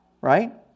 right